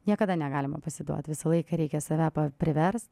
niekada negalima pasiduot visą laiką reikia save priverst